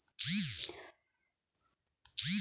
टोमॅटोला कीड लागू नये यासाठी काय करावे?